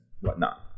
whatnot